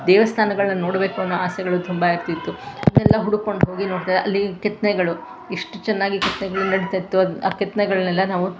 ದೇವಸ್ಥಾನಗಳನ್ನು ನೋಡಬೇಕು ಅನ್ನೋ ಆಸೆಗಳು ತುಂಬ ಇರ್ತಿತ್ತು ಅದನ್ನೆಲ್ಲಾ ಹುಡುಕ್ಕೊಂಡು ಹೋಗಿ ನೋಡ್ತಾ ಅಲ್ಲಿ ಕೆತ್ತನೆಗಳು ಎಷ್ಟು ಚೆನ್ನಾಗಿ ಕೆತ್ತನೆಗಳು ನಡಿತಾಯಿತ್ತು ಆ ಕೆತ್ತನೆಗಳ್ನೆಲ್ಲ ನಾವು